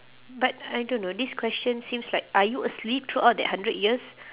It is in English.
but I don't know this question seems like are you asleep throughout that hundred years